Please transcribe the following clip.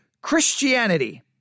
Christianity